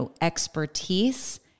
expertise